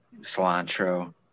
cilantro